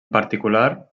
particular